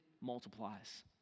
multiplies